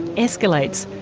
escalates,